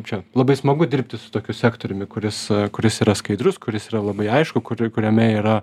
čia labai smagu dirbti su tokiu sektoriumi kuris kuris yra skaidrus kuris yra labai aišku kur kuriame yra